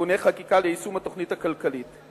(תיקוני חקיקה ליישום התוכנית הכלכלית לשנים